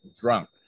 drunk